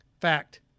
Fact